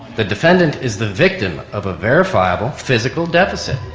the defendant is the victim of a verifiable physical deficit,